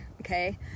okay